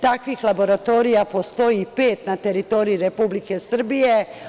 Takvih laboratorija postoji pet na teritoriji Republike Srbije.